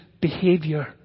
behavior